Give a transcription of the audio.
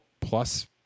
plus